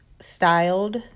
styled